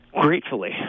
Gratefully